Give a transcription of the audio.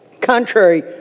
contrary